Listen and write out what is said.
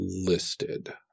listed